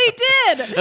did